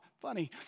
funny